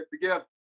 together